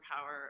power